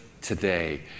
today